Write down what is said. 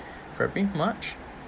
february march